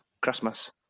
Christmas